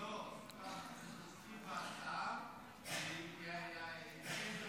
לא לא לא --- ההצעה היא לתקן את התקנות.